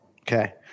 Okay